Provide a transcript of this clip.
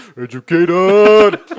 educated